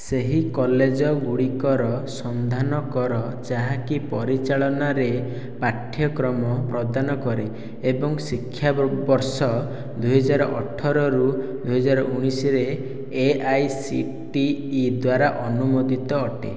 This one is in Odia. ସେହି କଲେଜଗୁଡ଼ିକର ସନ୍ଧାନ କର ଯାହାକି ପରିଚାଳନାରେ ପାଠ୍ୟକ୍ରମ ପ୍ରଦାନ କରେ ଏବଂ ଶିକ୍ଷା ବର୍ଷ ଦୁଇହଜାର ଅଠରରୁ ଦୁଇହଜାର ଉଣେଇଶରେ ଏଆଇସିଟିଇ ଦ୍ଵାରା ଅନୁମୋଦିତ ଅଟେ